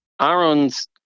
Aaron's